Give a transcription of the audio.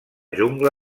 jungla